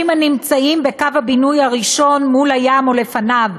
הנמצאים בקו הבינוי הראשון מול הים או לפניו,